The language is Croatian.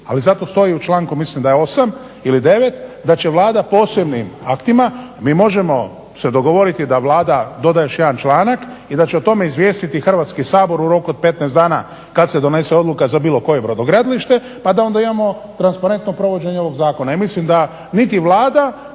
ali zato stoji u članku, mislim da je 8., ili 9., da će Vlada posebnim aktima, mi možemo se dogovoriti da Vlada dodaje još jedan članak, i da će o tome izvijestiti Hrvatski sabor u roku od 15 dana kad se donese odluka za bilo koje brodogradilište, pa da onda imamo transparentno provođenje ovog zakona.